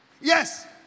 Yes